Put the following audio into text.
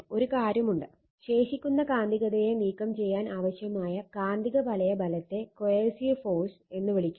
ഒരു കാര്യം ഉണ്ട് ശേഷിക്കുന്ന കാന്തികതയെ നീക്കം ചെയ്യാൻ ആവശ്യമായ കാന്തികവലയ ബലത്തെ കോയേസിവ് ഫോഴ്സ് എന്ന് വിളിക്കുന്നു